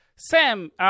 Sam